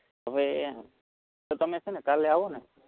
હવે તો તમે છે ને કાલે આવો ને